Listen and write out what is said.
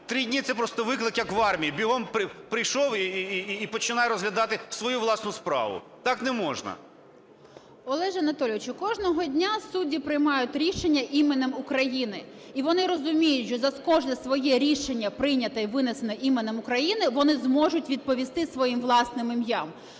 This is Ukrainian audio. Три дні - це просто виклик, як в армії: бігом прийшов - і починай розглядати свою власну справу. Так не можна. 11:27:16 ВЕНЕДІКТОВА І.В. Олеже Анатолійовичу, кожного дня судді приймають рішення іменем України. І вони розуміють, що за кожне своє рішення, прийняте і винесене іменем України, вони зможуть відповісти своїм власним ім'ям.